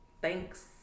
Thanks